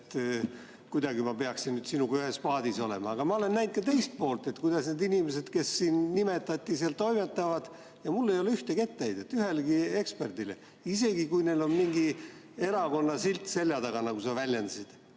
toimus ja ma peaksin nüüd sinuga kuidagi ühes paadis olema. Aga ma olen näinud ka teist poolt, kuidas need inimesed, kes siin sinna nimetati, seal toimetavad. Mul ei ole ühtegi etteheidet ühelegi eksperdile, isegi kui neil on mingi erakonna silt selja taga, nagu sa väljendasid.